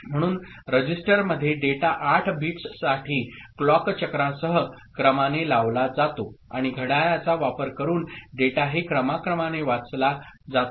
म्हणून रजिस्टरमध्ये डेटा 8 बिट्ससाठी क्लॉक चक्रासह क्रमाने लावला जातो आणि घड्याळाचा वापर करून डेटाही क्रमाक्रमाने वाचला जातो